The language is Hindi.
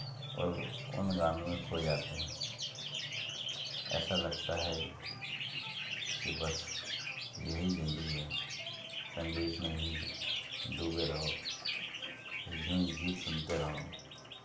और उन गानों में खो जाते हैं ऐसा लगता है कि बस यही ज़िन्दगी है संगीत में ही डूबे रहो यूँ ही गीत सुनते रहो